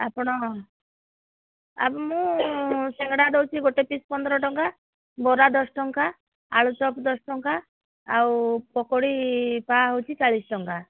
ଆପଣ ମୁଁ ସିଙ୍ଗେଡ଼ା ଦେଉଛି ଗୋଟେ ପିସ୍ ପନ୍ଦର ଟଙ୍କା ବରା ଦଶ ଟଙ୍କା ଆଳୁଚପ ଦଶ ଟଙ୍କା ଆଉ ପକୋଡ଼ି ପା ହେଉଛି ଚାଳିଶ ଟଙ୍କା